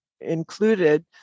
included